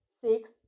six